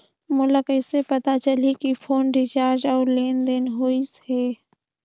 मोला कइसे पता चलही की फोन रिचार्ज और लेनदेन होइस हे?